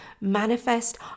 MANIFEST